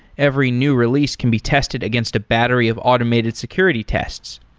every new release can be tested against a battery of automated security tests.